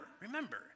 remember